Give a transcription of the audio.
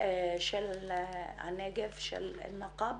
של הנגב, של נַקַבּ.